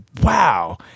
wow